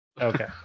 Okay